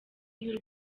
y’u